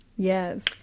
Yes